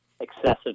excessive